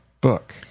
book